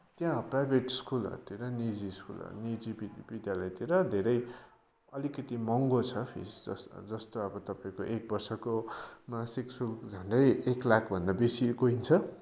त्यहाँ प्राइभेट स्कुलहरूतिर निजी स्कुलहरू निजी विद्यालयतिर धेरै अलिकति महँगो छ फिस जस्तो जस्तो अब तपाईँको एक वर्षको मासिक शुल्क झन्डै एक लाखभन्दा बेसीको हुन्छ